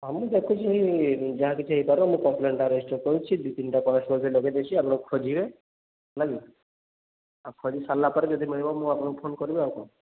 ହଁ ମୁଁ ଦେଖୁଛି ଯାହା କିଛି ହେଇପାରିବ ମୁଁ କମ୍ପ୍ଲେନ୍ଟା ରେଜିଷ୍ଟର କରିଛି ଦି ତିନିଟା କନେଷ୍ଟବଳ ଲଗେଇଦେଇଛି ଆପଣଙ୍କୁ ଖୋଜିବେ ହେଲାକି ଆଉ ଖୋଜି ସାରିଲା ପରେ ଯଦି ମିଳିବ ମୁଁ ଆପଣଙ୍କୁ ଫୋନ୍ କରିବି ଆଉ କ'ଣ